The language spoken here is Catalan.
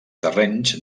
terrenys